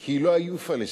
כי לא היו פלסטינים.